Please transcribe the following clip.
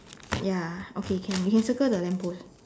ya okay can we can circle the lamp post